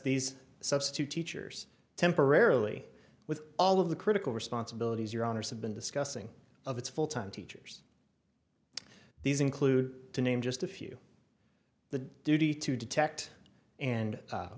these substitute teachers temporarily with all of the critical responsibilities your honour's have been discussing of its full time teachers these include to name just a few the duty to detect and